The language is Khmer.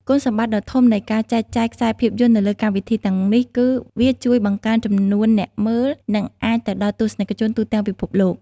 គុណសម្បត្តិដ៏ធំនៃការចែកចាយខ្សែភាពយន្តនៅលើកម្មវិធីទាំងនេះគឺ វាជួយបង្កើនចំនួនអ្នកមើល និងអាចទៅដល់ទស្សនិកជនទូទាំងពិភពលោក។